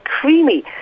creamy